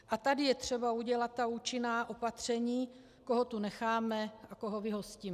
A tady je třeba udělat účinná opatření, koho tu necháme a koho vyhostíme.